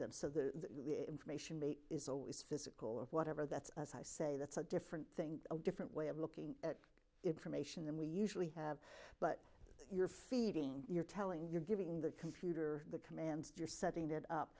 them so the information mate is always physical or whatever that's as i say that's a different thing a different way of looking at it from ation than we usually have but you're feeding you're telling you're giving the computer the commands you're setting it up